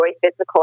physical